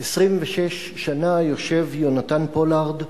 26 שנה יושב יונתן פולארד,